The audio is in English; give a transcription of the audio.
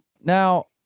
Now